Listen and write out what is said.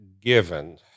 given